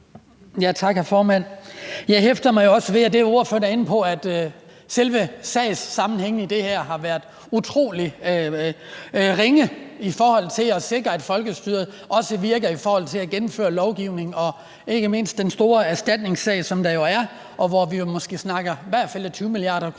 Tak, hr. formand. Jeg hæfter mig jo også ved det, som ordføreren er inde på, altså at selve sagssammenhængen i det her har været utrolig ringe i forhold til at sikre, at folkestyret også virker i forhold til at gennemføre en lovgivning og ikke mindst den store erstatningssag, som der jo er, og hvor vi måske i hvert fald snakker 20 mia.